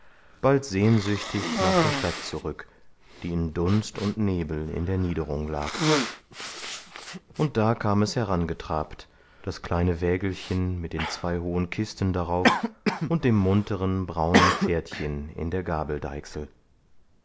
bald sehnsüchtig nach der stadt zurück die in dunst und nebel in der niederung lag und da kam es herangetrabt das kleine wägelchen mit den zwei hohen kisten darauf und dem munteren braunen pferdchen in der